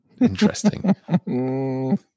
Interesting